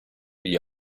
gli